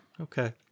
Okay